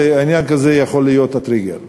עניין כזה יכול להיות הטריגר.